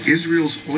Israel's